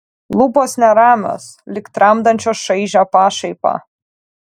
lūpos neramios lyg tramdančios šaižią pašaipą